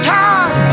time